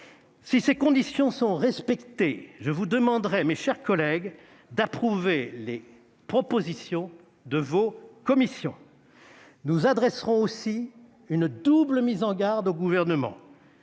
Si ces conditions sont respectées, je vous demanderai, mes chers collègues, d'approuver les propositions de vos commissions. Nous adresserons aussi une double mise en garde au Gouvernement